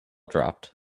dropped